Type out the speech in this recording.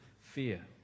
fear